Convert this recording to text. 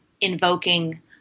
invoking